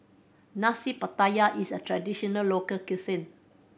Nasi Pattaya is a traditional local cuisine